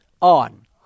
On